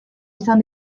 izan